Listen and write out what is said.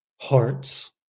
hearts